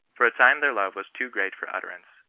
for a time their love was too great for utterance,